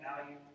value